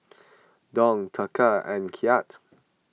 Dong Taka and Kyat